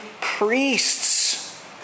priests